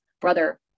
brother